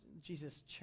Jesus